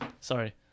Sorry